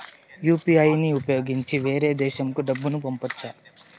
UPI ని ఉపయోగించి వేరే దేశంకు డబ్బును పంపొచ్చా?